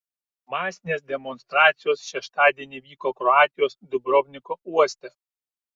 masinės demonstracijos šeštadienį vyko kroatijos dubrovniko uoste